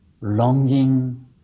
longing